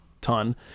ton